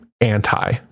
anti